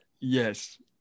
Yes